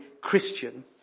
christian